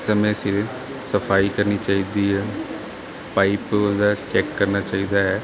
ਸਮੇਂ ਸਿਰ ਸਫਾਈ ਕਰਨੀ ਚਾਹੀਦੀ ਹੈ ਪਾਈਪ ਉਹਦਾ ਚੈੱਕ ਕਰਨਾ ਚਾਹੀਦਾ ਹੈ